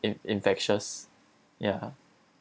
in~ infectious ya